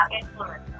influence